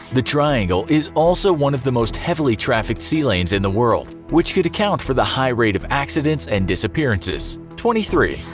the triangle is also one of the most heavily trafficked sea lanes in the world, which could account for the high rate of accidents and disappearances. twenty three.